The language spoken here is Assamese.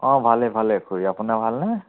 অ' ভালে ভালে খুৰী আপোনাৰ ভালনে